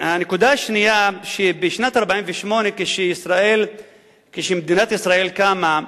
הנקודה השנייה, בשנת 1948, כשמדינת ישראל קמה,